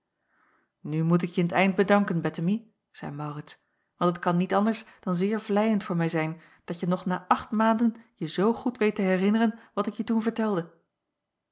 nu moet ik je in t eind bedanken bettemie zeî maurits want het kan niet anders dan zeer vleiend voor mij zijn dat je nog na acht maanden je zoo goed weet te herinneren wat ik je toen vertelde